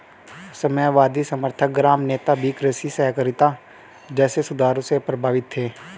साम्यवादी समर्थक ग्राम नेता भी कृषि सहकारिता जैसे सुधारों से प्रभावित थे